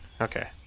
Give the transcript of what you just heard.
Okay